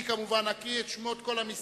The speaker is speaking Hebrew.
אני, כמובן, אקריא את שמות כל המסתייגים.